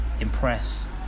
impress